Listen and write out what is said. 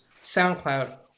soundcloud